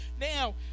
now